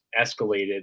escalated